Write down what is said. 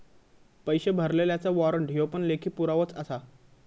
पैशे भरलल्याचा वाॅरंट ह्यो पण लेखी पुरावोच आसा